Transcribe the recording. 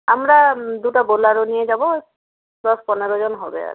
আমরা দুটো বোলেরো নিয়ে যাব দশ পনেরোজন হবে আর কি